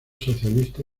socialista